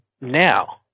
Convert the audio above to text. now